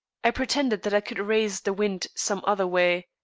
i pretended that i could raise the wind some other way.